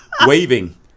waving